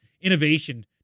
Innovation